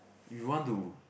you want to